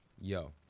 yo